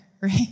right